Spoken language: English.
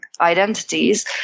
identities